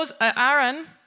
Aaron